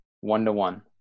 one-to-one